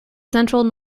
central